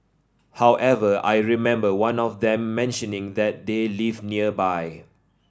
however I remember one of them mentioning that they live nearby